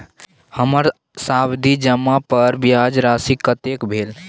हमर सावधि जमा पर ब्याज राशि कतेक भेल?